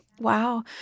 Wow